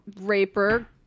raper